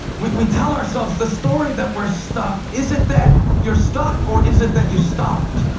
we tell ourselves the story that we're stuck. is it that you're stuck or is it that you stopped?